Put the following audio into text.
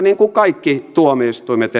niin kuin esimerkiksi kaikki tuomioistuimet